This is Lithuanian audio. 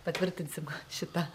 patvirtinsim šitą